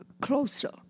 closer